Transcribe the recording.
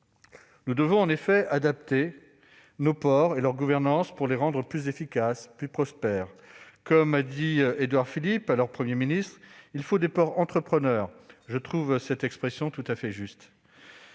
Nous devons adapter nos ports et leur gouvernance pour les rendre plus efficaces et prospères. Comme l'a dit Édouard Philippe, alors Premier ministre, il faut des « ports entrepreneurs ». Je trouve cette expression tout à fait juste.